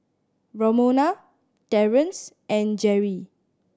Romona Terence and Jerrie